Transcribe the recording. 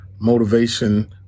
motivation